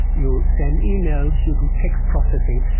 you send emails, you do text processing,